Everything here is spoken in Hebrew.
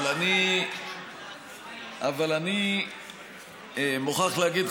אבל אני מוכרח להגיד,